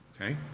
Okay